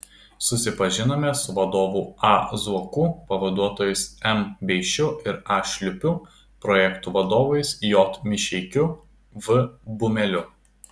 susipažinome su vadovu a zuoku pavaduotojais m beišiu ir a šliupu projektų vadovais j mišeikiu v bumeliu